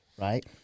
right